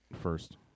First